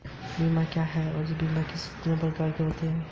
बीमा क्या है और बीमा कितने प्रकार का होता है?